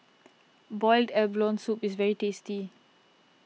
Boiled Abalone Soup is very tasty